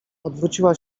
odwróciła